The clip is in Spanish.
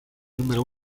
número